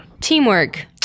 Teamwork